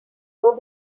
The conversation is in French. dont